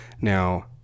Now